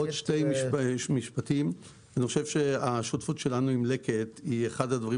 אני חושב שהשותפות שלנו עם לקט זה אחד הדברים